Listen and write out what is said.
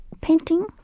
painting